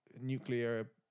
nuclear